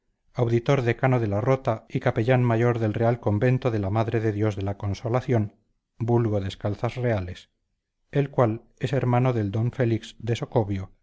auditor decano de la rota y capellán mayor del real convento de la madre de dios de la consolación vulgo descalzas reales el cual es hermano del d félix de socobio